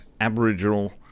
Aboriginal